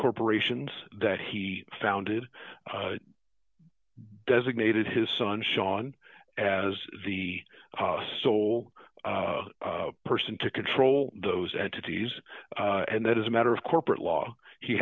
corporations that he founded designated his son sean as the sole person to control those entities and that as a matter of corporate law he